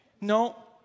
No